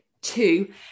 two